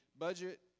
budget